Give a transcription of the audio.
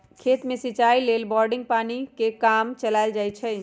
खेत में सिचाई लेल बोड़िंगके पानी से काम चलायल जाइ छइ